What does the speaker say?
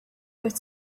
with